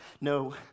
No